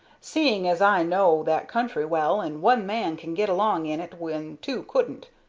seeing as i know that country well, and one man can get along in it when two couldn't.